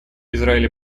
израиль